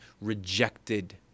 rejected